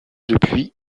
depuis